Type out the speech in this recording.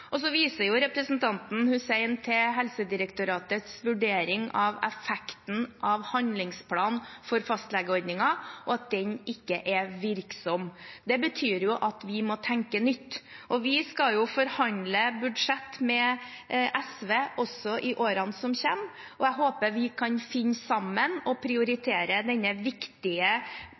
Så viser representanten Hussein til Helsedirektoratets vurdering av effekten av handlingsplan for fastlegeordningen, og at den ikke er virksom. Det betyr at vi må tenke nytt. Vi skal forhandle budsjett med SV også i årene som kommer, og jeg håper vi kan finne sammen og prioritere denne viktige